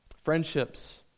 Friendships